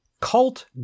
cult